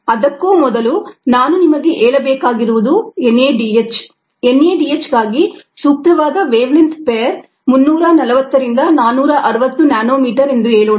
ಅದಕ್ಕೂ ಮೊದಲು ನಾನು ನಿಮಗೆ ಹೇಳಬೇಕಾಗಿರುವುದು NADH NADH ಗಾಗಿ ಸೂಕ್ತವಾದ ವೇವಲೆಂಥ್ ಪೇರ್ 340 460 ನ್ಯಾನೊಮೀಟರ್ ಎಂದು ಹೇಳೋಣ